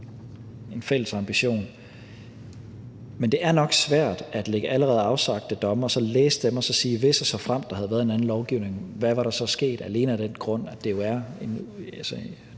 Men det er nok svært at tage allerede afsagte domme, læse dem og så sige, hvad der var sket, hvis og såfremt der havde